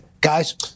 Guys